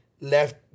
left